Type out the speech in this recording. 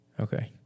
Okay